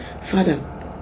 Father